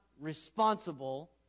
responsible